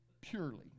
purely